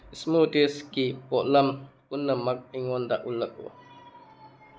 ꯏꯁꯃꯨꯠꯇꯤꯁꯒꯤ ꯄꯣꯠꯂꯝ ꯄꯨꯝꯅꯃꯛ ꯑꯩꯉꯣꯟꯗ ꯎꯠꯂꯛꯎ